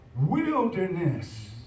wilderness